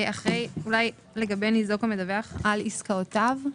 אחרי אולי "לגבי ניזוק המדווח על עסקאותיו"?